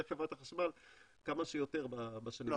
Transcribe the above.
חברת החשמל כמה שיותר בשנים הקרובות.